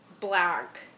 black